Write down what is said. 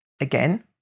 Again